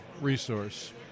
resource